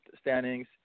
standings